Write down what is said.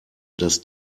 dass